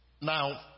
Now